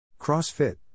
CrossFit